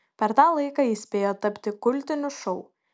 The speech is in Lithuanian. per tą laiką jis spėjo tapti kultiniu šou